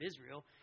Israel